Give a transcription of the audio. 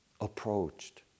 approached